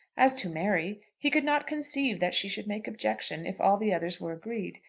as to mary he could not conceive that she should make objection if all the others were agreed.